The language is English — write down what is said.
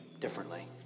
differently